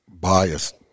biased